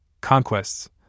conquests